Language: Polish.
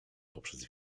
poprzez